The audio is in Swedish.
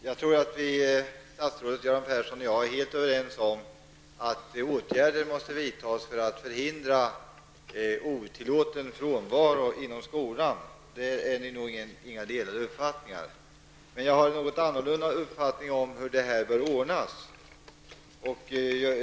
Herr talman! Jag tror att statsrådet Göran Persson och jag är helt överens om att åtgärder måste vidtas för att förhindra otillåten frånvaro inom skolan. Därom är det nog inga delade meningar. Men jag har en något annorlunda uppfattning om hur detta bör ordnas.